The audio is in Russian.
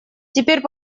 теперь